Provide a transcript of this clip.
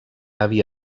havia